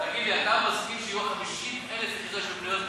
אדם ירוק.